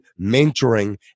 mentoring